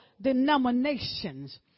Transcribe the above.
denominations